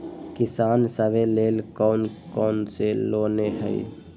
किसान सवे लेल कौन कौन से लोने हई?